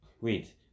wait